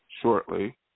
shortly